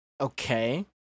okay